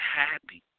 happy